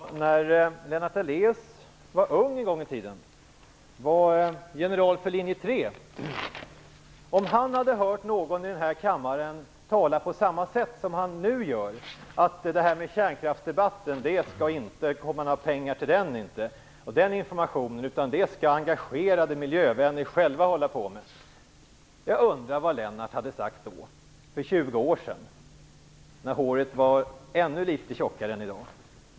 Herr talman! Om Lennart Daléus när han var ung en gång i tiden och var general för Linje 3 hade hört någon i den här kammaren tala på samma sätt som han nu talar, om han hört någon säga att det minsann inte skall utgå några pengar till information i kärnkraftsdebatten utan att engagerade miljövänner själva skall stå för det, jag undrar vad Lennart Daléus hade sagt då, för 20 år sedan, när håret var ännu litet tjockare än i dag?